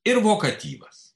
ir vokatyvas